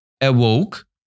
awoke